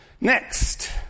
Next